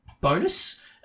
bonus